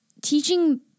teaching